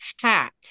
hat